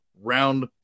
round